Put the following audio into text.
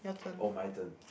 oh my turn